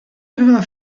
aveva